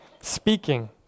speaking